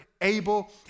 Abel